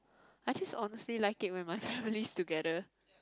I just honestly like it when my family is together